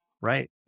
Right